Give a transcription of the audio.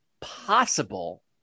possible